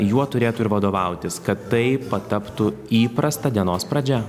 juo turėtų ir vadovautis kad tai pataptų įprasta dienos pradžia